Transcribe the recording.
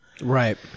Right